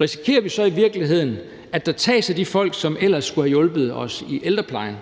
Risikerer vi så i virkeligheden, at der tages af de folk, som ellers skulle have hjulpet os i ældreplejen?